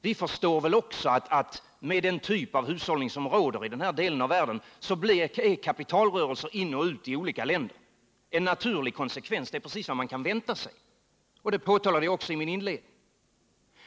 Vi förstår också att med den typ av hushållning som råder i den här delen av världen blir kapitalrörelser in i och ut ur olika länder en naturlig konsekvens — det är precis vad man kan vänta sig, och det påtalade jag också i mitt inledningsanförande.